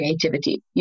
creativity